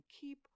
keep